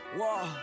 whoa